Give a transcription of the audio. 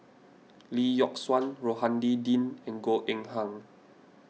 Lee Yock Suan Rohani Din and Goh Eng Han